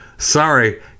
Sorry